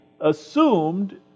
assumed